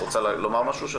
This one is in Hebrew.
את רוצה לומר משהו?